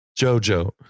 Jojo